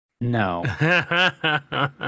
No